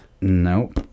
Nope